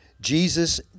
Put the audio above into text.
Jesus